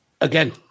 again